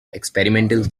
experimental